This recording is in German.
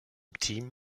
team